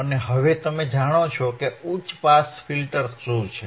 અને હવે તમે જાણો છો કે હાઇ પાસ ફિલ્ટર્સ શું છે